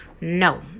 No